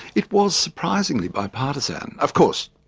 it was surprisingly bipartisan. of course,